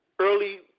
early